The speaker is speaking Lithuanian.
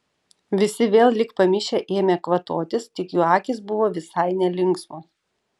visi vėl lyg pamišę ėmė kvatotis tik jų akys buvo visai nelinksmos